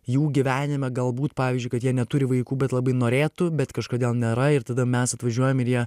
jų gyvenime galbūt pavyzdžiui kad jie neturi vaikų bet labai norėtų bet kažkodėl nėra ir tada mes atvažiuojam ir jie